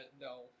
No